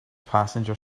passenger